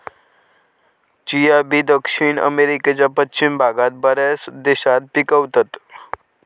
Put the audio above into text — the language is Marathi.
चिया बी दक्षिण अमेरिकेच्या पश्चिम भागात बऱ्याच देशात पिकवतत